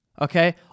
Okay